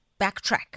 backtrack